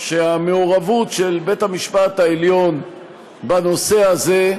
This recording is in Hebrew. שהמעורבות של בית-המשפט העליון בנושא הזה,